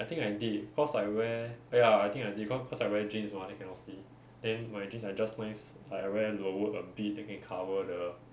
I think I did cause I wear oh ya I think I did cause I wear jeans mah then cannot see then my jeans like just nice like I wear lower a bit then can cover the